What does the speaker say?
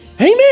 Amen